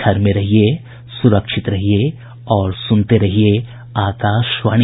घर में रहिये सुरक्षित रहिये और सुनते रहिये आकाशवाणी